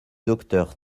docteur